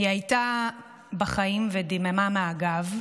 היא הייתה בחיים ודיממה מהגב.